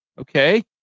Okay